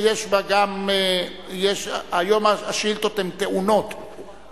היום השאילתות הן טעונות,